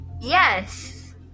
Yes